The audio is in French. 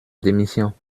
démission